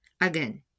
again